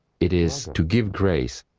it is to give grace.